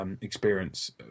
Experience